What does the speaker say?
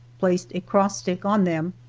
placed a cross stick on them,